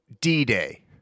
D-Day